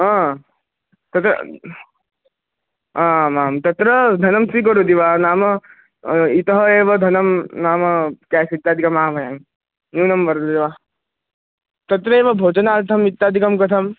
हा तद् आम् आं तत्र धनं स्वीकरोति वा नाम इतः एव धनं नाम क्याश् इत्यादिकम् आह्वयामि न्यूनं वर्तते वा तत्रैव भोजनार्थम् इत्यादिकं कथम्